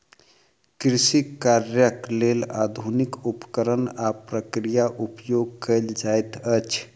कृषि कार्यक लेल आधुनिक उपकरण आ प्रक्रिया उपयोग कयल जाइत अछि